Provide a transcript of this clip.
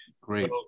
Great